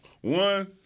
One